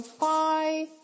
Bye